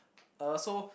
uh so